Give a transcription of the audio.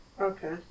Okay